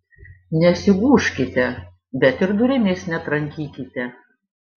nesigūžkite bet ir durimis netrankykite